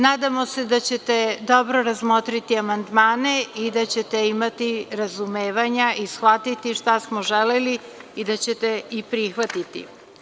Nadamo se da ćete dobro razmotriti amandmane i da ćete imati razumevanja i shvatiti šta smo želeli i da ćete i prihvatiti.